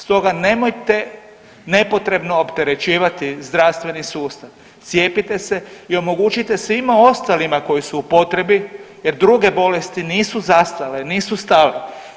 Stoga nemojte nepotrebno opterećivati zdravstveni sustav, cijepite se i omogućite svima ostalima koje su u potrebi jer druge bolesti nisu zastale, nisu stale.